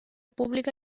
pública